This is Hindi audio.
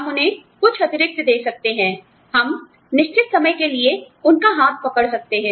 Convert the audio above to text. हम उन्हें कुछ अतिरिक्त दे सकते हैं हम निश्चित समय के लिए उनका हाथ पकड़ सकते हैं